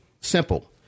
simple